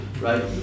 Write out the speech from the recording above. right